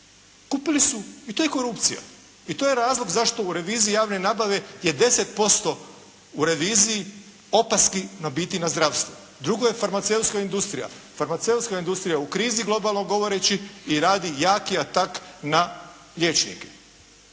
Kupili su i to je korupcija i to je razlog zašto u reviziji javne nabave je 10% u reviziji opaski na biti na zdravstvo. Drugo je farmaceutska industrija. Farmaceutska industrija je u krizi globalno govoreći i radi jaki atak na liječnike.